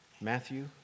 Matthew